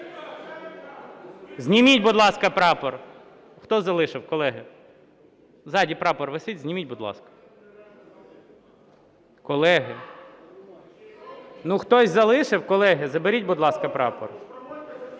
Зніміть, будь ласка, прапор. Хто залишив, колеги? Ззаду прапор висить, зніміть, будь ласка. Колеги, ну хтось залишив. Колеги, заберіть, будь ласка, прапор.